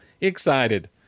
excited